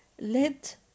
Let